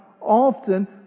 often